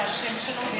זה השם שלו,